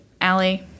Allie